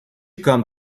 come